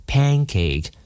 Pancake